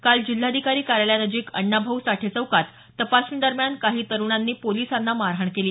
काल जिल्हाधिकारी कार्यालयानजिक अण्णाभाऊ साठे चौकात तपासणी दरम्यान काही तरुणांनी पोलिसांना मारहाण केली